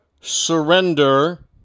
surrender